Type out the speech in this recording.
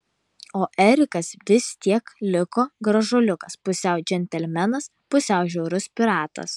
o erikas vis tiek liko gražuoliukas pusiau džentelmenas pusiau žiaurus piratas